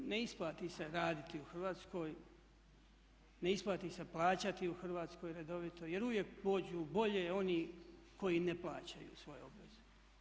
Ne isplati se raditi u Hrvatskoj, ne isplati se plaćati u Hrvatskoj redovito jer uvijek pođu bolje oni koji ne plaćaju svoje obveze.